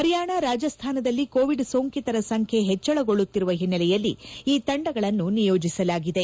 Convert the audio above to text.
ಪರಿಯಾಣ ರಾಜಸ್ತಾನದಲ್ಲಿ ಕೋವಿಡ್ ಸೋಂಕಿತರ ಸಂಬ್ಲೆ ಹೆಚ್ಚಳಗೊಳ್ಳುತ್ತಿರುವ ಹಿನ್ನೆಲೆಯಲ್ಲಿ ಈ ತಂಡಗಳನ್ನು ನಿಯೋಜಿಸಲಾಗಿದೆ